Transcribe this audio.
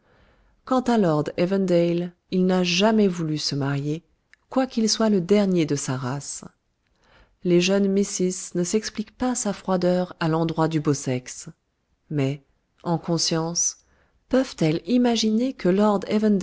lord evandale il n'a jamais voulu se marier quoiqu'il soit le dernier de sa race les jeunes misses ne s'expliquent pas sa froideur à l'endroit du beau sexe mais en conscience peuvent-elles imaginer que lord